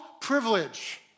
Privilege